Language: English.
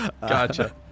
gotcha